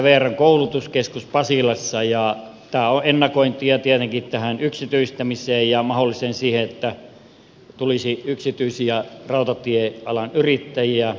tämä on ennakointia tietenkin tähän yksityistämiseen ja siihen mahdollisuuteen että tulisi yksityisiä rautatiealan yrittäjiä